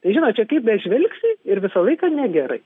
žinot čia kaip bežvelgsi ir visą laiką negerai